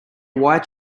white